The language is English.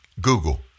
Google